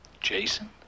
Jason